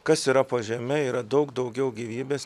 kas yra po žeme yra daug daugiau gyvybės